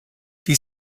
die